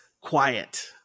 quiet